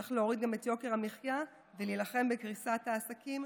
צריך גם להוריד את יוקר המחיה ולהילחם בקריסת העסקים,